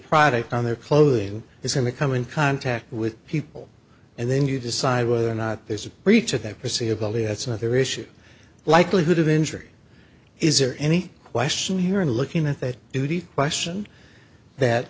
product on their clothing is going to come in contact with people and then you decide whether or not there's a breach of that perceivably that's another issue likelihood of injury is or any question here in looking at that duty question that